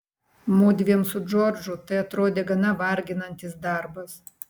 mudviem su džordžu tai atrodė gana varginantis darbas